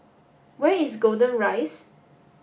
where is Golden Rise